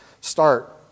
Start